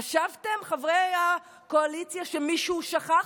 חשבתם, חברי הקואליציה, שמישהו שכח?